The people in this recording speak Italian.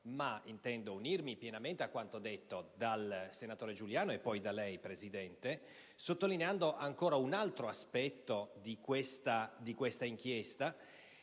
Intendo unirmi pienamente a quanto affermato dal senatore Giuliano e poi da lei, Presidente, sottolineando ancora un altro aspetto di questa inchiesta,